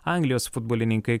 anglijos futbolininkai